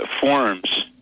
forms